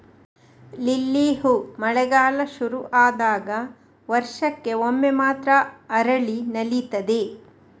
lily ಹೂ ಮಳೆಗಾಲ ಶುರು ಆದಾಗ ವರ್ಷಕ್ಕೆ ಒಮ್ಮೆ ಮಾತ್ರ ಅರಳಿ ನಲೀತದೆ